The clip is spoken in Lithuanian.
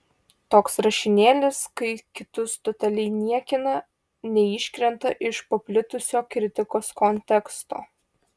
toks rašinėlis kai kitus totaliai niekina neiškrenta iš paplitusio kritikos konteksto